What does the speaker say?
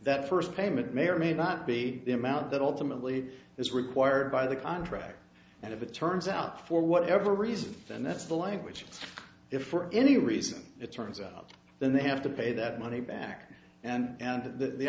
that first payment may or may not be the amount that ultimately is required by the contract and if it turns out for whatever reason and that's the language if for any reason it turns out then they have to pay that money back and to the